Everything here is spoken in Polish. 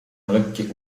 lekki